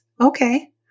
Okay